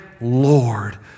Lord